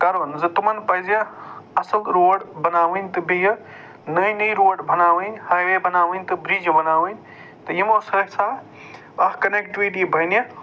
کَرُن زِ تِمَن پَزِ اَصٕل روڈ بَناوٕنۍ تہٕ بیٚیہِ نٔوۍ نٔوۍ روڈ بَناوٕنۍ ہاے وے بَناوٕنۍ تہٕ بیٚیہِ برٛج بَناوٕنۍ تہٕ یِمَو سۭتۍ سٍتۍ اکھ کَنٮ۪کٹیٛوٗٹی بَنہِ